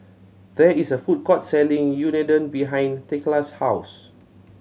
there is a food court selling Unadon behind Thekla's house